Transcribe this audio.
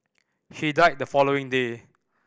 he died the following day